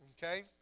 okay